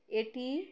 epi